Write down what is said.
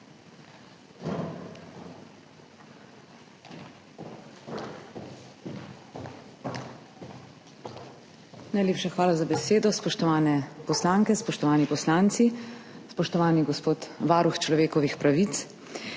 Najlepša hvala za besedo. Spoštovane poslanke, spoštovani poslanci, spoštovani gospod varuh človekovih pravic!